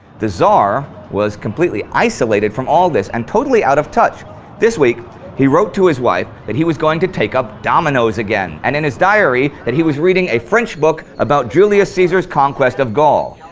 the tsar was completely isolated from all this and totally out of touch this week he wrote to his wife that he was going to take up dominoes again, and in his diary that he was reading a french book about julius caesar's conquest of gaul.